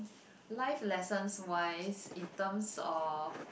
life lessons wise in terms of